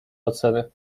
oceny